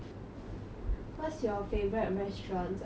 what's your favourite restaurants around here